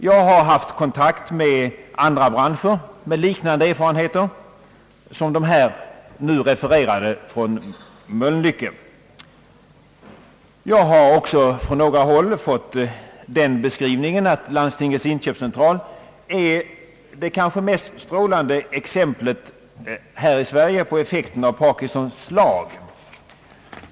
Jag har haft kontakt med andra branscher med liknande erfarenheter som de nu refererade från Mölnlycke. Jag har också från några håll fått den beskrivningen att Landstingens inköpscentral är det kanske mest strålande exemplet här i Sverige på effekten av Parkinsons lag.